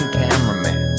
cameraman